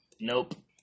Nope